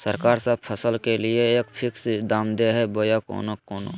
सरकार सब फसल के लिए एक फिक्स दाम दे है बोया कोनो कोनो?